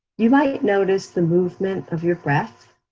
you might notice the movement of your breath,